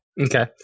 Okay